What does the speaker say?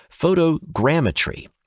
photogrammetry